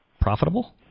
Profitable